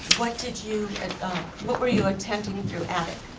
what did you, and what were you attending through attic?